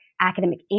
academic